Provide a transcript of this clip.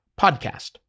podcast